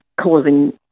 causing